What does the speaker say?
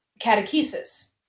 catechesis